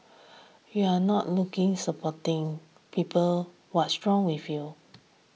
you are not looking supporting people what's wrong with you